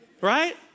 Right